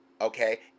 Okay